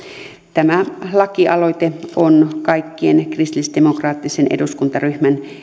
tämä lakialoite on kaikkien kristillisdemokraattisen eduskuntaryhmän